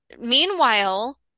meanwhile